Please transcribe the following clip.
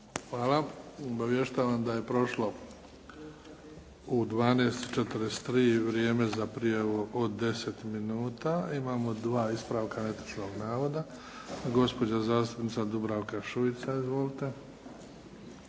Hvala. Obavještavam da je prošlo u 12,43 vrijeme za prijavu od 10 minuta. Imamo dva ispravka netočnog navoda. Gospođa zastupnica Dubravka Šuica. Izvolite.